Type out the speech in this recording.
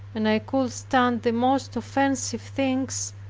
and i could stand the most offensive things,